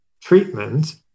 treatment